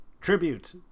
tribute